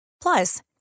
Plus